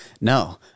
No